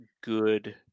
good